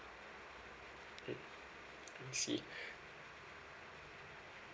mm I see